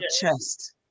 chest